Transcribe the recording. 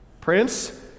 prince